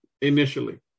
initially